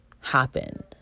happen